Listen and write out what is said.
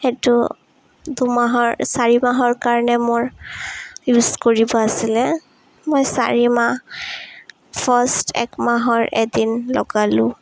সেইটো দুমাহৰ চাৰি মাহৰ কাৰণে মোৰ ইউজ কৰিব আছিলে মই চাৰি মাহ ফাৰ্ষ্ট এক মাহৰ এদিন লগালোঁ